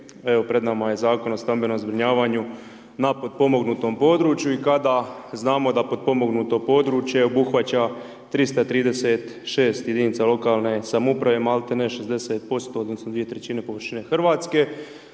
pred nama je Zakon o stambenom zbrinjavanju na potpomognutom području i kada znamo da potpomognuto područje obuhvaća 336 jedinica lokalne samouprave malti ne 60% odnosno 2/3 površine Hrvatske,